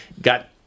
got